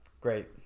Great